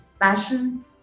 passion